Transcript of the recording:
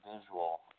visual